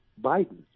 Biden